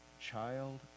Child